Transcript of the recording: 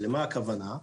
ולמה הכוונה?